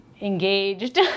engaged